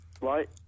Right